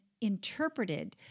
interpreted